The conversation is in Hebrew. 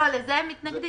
לזה הם מתנגדים.